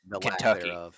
Kentucky